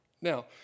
Now